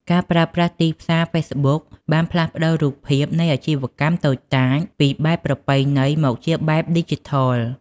ការប្រើប្រាស់ទីផ្សារហ្វេសប៊ុកបានផ្លាស់ប្តូររូបភាពនៃអាជីវកម្មតូចតាចពីបែបប្រពៃណី មកជាបែបឌីជីថល។